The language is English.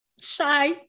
shy